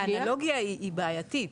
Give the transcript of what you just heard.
האנלוגיה היא בעייתית.